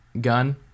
gun